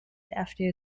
after